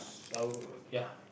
I would ya